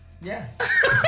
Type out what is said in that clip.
Yes